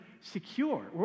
secure